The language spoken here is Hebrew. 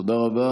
תודה רבה.